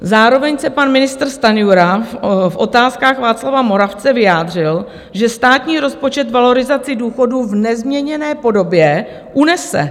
Zároveň se pan ministr Stanjura v Otázkách Václava Moravce vyjádřil, že státní rozpočet valorizaci důchodů v nezměněné podobě unese.